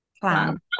plan